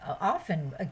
often